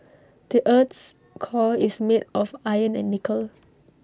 the Earth's core is made of iron and nickel